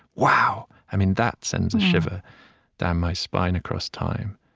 wow. i mean, that sends a shiver down my spine, across time